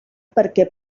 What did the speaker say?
perquè